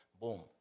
boom